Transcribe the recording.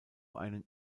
einen